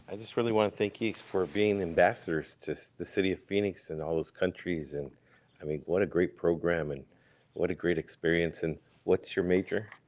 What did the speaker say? just really want to thank you for being ambassadors just the city of phoenix and all those countries, and i mean what a great program, and what a great experience and what's your major?